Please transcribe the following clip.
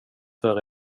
för